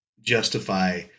justify